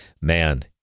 man